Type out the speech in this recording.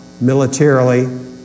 militarily